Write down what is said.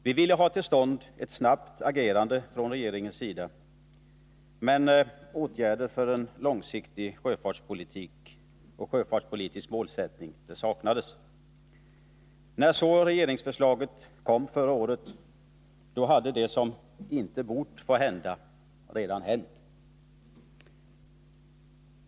Vi ville ha till stånd ett snabbt agerande av regeringen, men åtgärder för en långsiktig sjöfartspolitik och en sjöfartspolitisk målsättning saknades. När så regeringsförslaget kom förra året hade det som inte borde ha fått hända redan hänt.